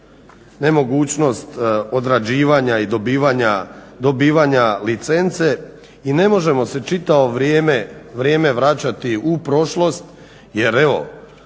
nemogućnost odrađivanja i dobivanja licence. I ne možemo se čitavo vrijeme vraćati u prošlost, jer evo